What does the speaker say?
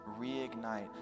reignite